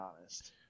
honest